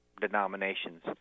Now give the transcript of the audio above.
denominations